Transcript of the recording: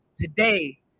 Today